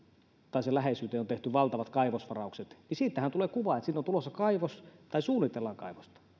tai sen läheisyyteen on tehty valtavat kaivosvaraukset niin siitähän tulee kuva että sinne on tulossa kaivos tai suunnitellaan kaivosta